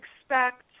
expect